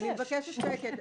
אני מבקשת שקט.